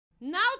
Now